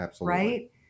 right